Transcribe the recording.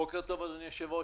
בוקר טוב, אדוני היושב-ראש.